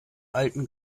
alten